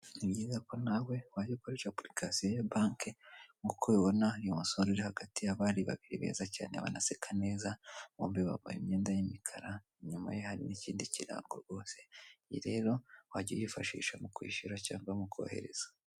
Nibyizako nawe wajya ukoresha apurikasiyo ya banki nk'uko ubibona, uy' umusore uri hagati y'abari babiri beza cyane banaseka neza, bombi bambaye imyenda y'imikara, inyuma ye hari n'ikindi kirango rwose ,iyi rero wajya uyifashisha mukwishyura cyangwa mukohereza.